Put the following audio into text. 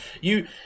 you-